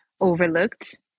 overlooked